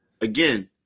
again